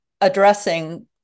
addressing